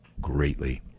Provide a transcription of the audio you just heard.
greatly